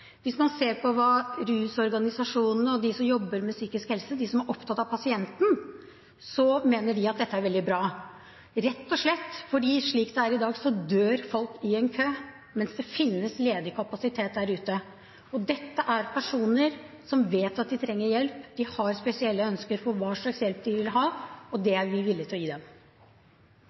Hvis man ser på hva rusorganisasjonene og de som jobber med psykisk helse – de som er opptatt av pasienten – sier, mener de at dette er veldig bra, rett og slett fordi slik det er i dag, dør folk i kø mens det finnes ledig kapasitet der ute. Dette er personer som vet at de trenger hjelp, og som har spesielle ønsker for hva slags hjelp de vil ha, og den er vi villig til å gi dem.